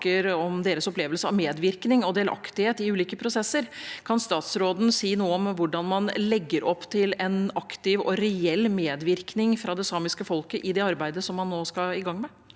om deres opplevelse av medvirkning og delaktighet i ulike prosesser. Kan statsråden si noe om hvordan man legger opp til en aktiv og reell medvirkning fra det samiske folket i det arbeidet man nå skal i gang med?